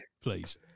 please